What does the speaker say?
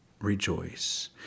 rejoice